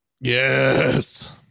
Yes